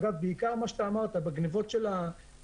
אגב, בעיקר מה שאתה אמרת, בגניבות של היבולים,